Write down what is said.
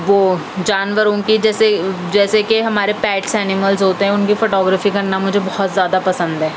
وہ جانوروں کی جیسے جیسے کہ ہمارے پیٹس اینیملس ہوتے ہیں اُن کی فوٹو گرافی کرنا مجھے بہت زیادہ پسند ہے